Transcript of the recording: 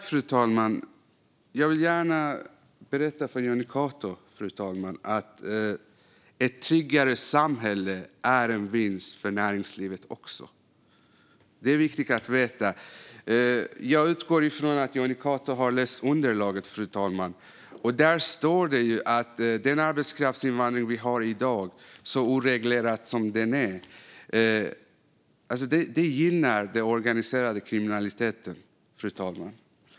Fru talman! Jag vill gärna berätta för Jonny Cato att ett tryggare samhälle är en vinst även för näringslivet. Detta är viktigt att veta. Jag utgår från att Jonny Cato har läst underlaget, fru talman. Där står det att den oreglerade arbetskraftsinvandring vi har i dag gynnar den organiserade kriminaliteten.